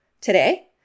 today